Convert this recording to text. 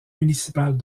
municipale